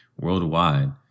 worldwide